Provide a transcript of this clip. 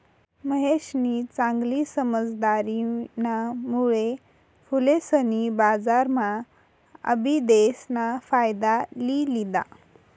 महेशनी चांगली समझदारीना मुळे फुलेसनी बजारम्हा आबिदेस ना फायदा लि लिदा